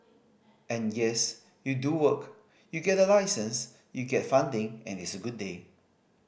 and yes you do work you get a license you get funding and it's a good day